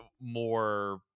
more